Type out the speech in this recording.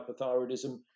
hypothyroidism